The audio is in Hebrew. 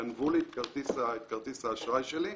גנבו לי את כרטיס האשראי שלי,